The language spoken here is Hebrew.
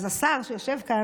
אז השר שיושב פה,